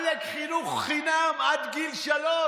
עלק חינוך חינם עד גיל שלוש.